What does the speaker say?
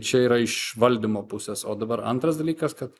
čia yra iš valdymo pusės o dabar antras dalykas kad